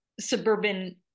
suburban